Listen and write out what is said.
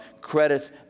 credits